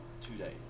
today